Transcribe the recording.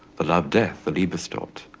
the love death, the liebe ist tod,